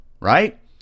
right